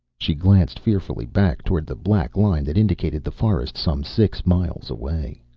she glanced fearfully back toward the black line that indicated the forest some six miles away.